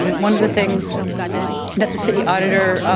um one of the things that the city auditor